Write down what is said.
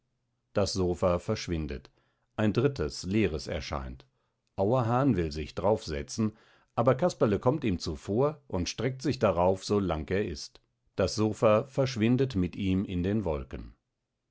das sopha verschwindet ein drittes leeres erscheint auerhahn will sich drauf setzen aber casperle kommt ihm zuvor und streckt sich darauf so lang er ist das sopha verschwindet mit ihm in den wolken